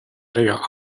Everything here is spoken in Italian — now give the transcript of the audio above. previa